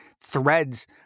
threads